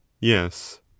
yes